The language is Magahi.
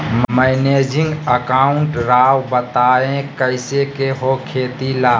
मैनेजिंग अकाउंट राव बताएं कैसे के हो खेती ला?